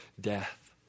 death